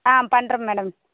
ஆ பண்ணுறேன் மேடம்